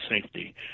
safety